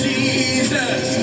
Jesus